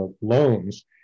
loans